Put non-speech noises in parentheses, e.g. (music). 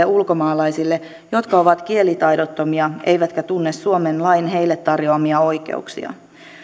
(unintelligible) ulkomaalaisille jotka ovat kielitaidottomia eivätkä tunne suomen lain heille tarjoamia oikeuksia